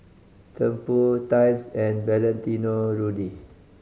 Tempur Times and Valentino Rudy